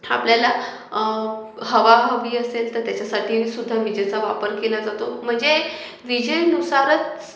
आपल्याला हवा हवी असेल तर त्याच्यासाठीसुद्धा विजेचा वापर केला जातो म्हणजे विजेनुसारच